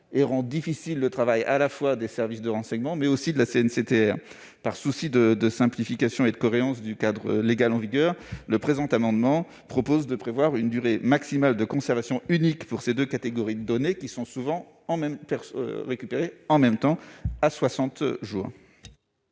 et rend difficile le travail à la fois des services de renseignement, mais aussi de la CNCTR. Par souci de simplification et de cohérence du cadre légal en vigueur, le présent amendement tend à instaurer une durée maximale de conservation unique pour ces deux catégories de données qui sont souvent récupérées en même temps. Quel